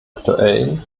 aktuellen